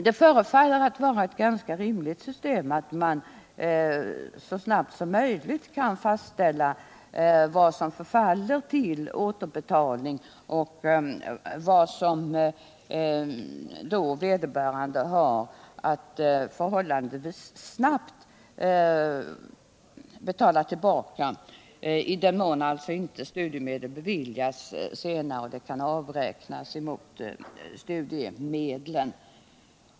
Det förefaller vara ett ganska rimligt system, om man så snabbt som möjligt kan fastställa vilka medel som förfaller till återbetalning och hur mycket vederbörande då förhållandevis snabbt måste betala tillbaka — i den mån alltså som studiemedel inte beviljas senare och förskottet kan avräknas mot dessa studiemedel.